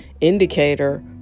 indicator